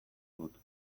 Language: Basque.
dut